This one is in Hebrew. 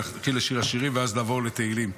אני אתחיל עם שיר השירים ואז נעבור לתהילים.